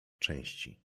części